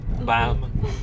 Bam